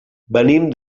venim